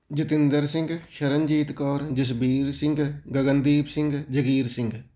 Jatinder Singh Sharanjit Kaur Jasbir Singh Gagandeep Singh Jagir Singh